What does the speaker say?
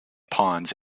ponds